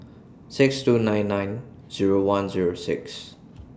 six two nine nine Zero one Zero six